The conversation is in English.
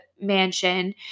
mansion